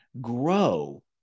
grow